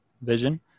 vision